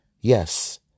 Yes